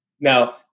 Now